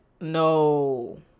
no